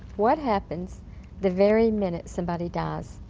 what happens the very minute somebody dies?